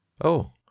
Oh